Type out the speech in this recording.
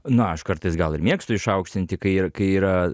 na aš kartais gal ir mėgstu išaukštinti kai ir kai yra